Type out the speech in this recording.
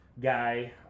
guy